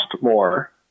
more